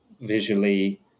Visually